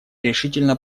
решительно